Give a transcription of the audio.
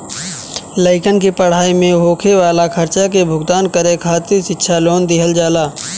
लइकन के पढ़ाई में होखे वाला खर्चा के भुगतान करे खातिर शिक्षा लोन दिहल जाला